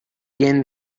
gain